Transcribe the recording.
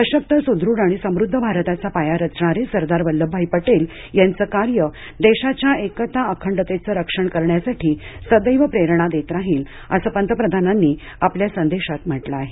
सशक्त सुदृढ़ आणि समृद्ध भारताचा पाया रचणारे सरदार वल्लभभाई पटेल यांचं कार्य देशाच्या एकता अखंडतेचं रक्षण करण्यासाठी सदैव प्रेरणा देत राहतील असं पंतप्रधानांनी आपल्या संदेशात म्हटलं आहे